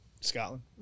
Scotland